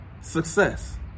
success